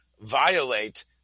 violate